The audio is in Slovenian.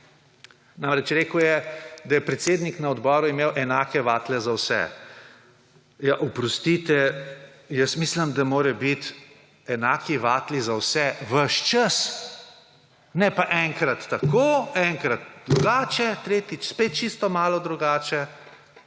Namreč, rekel je, da je predsednik na odboru imel enake vatle za vse. Ja, oprostite, jaz mislim, da morajo bit enaki vatli za vse ves čas, ne pa enkrat tako, enkrat drugače, tretjič spet čisto malo drugače.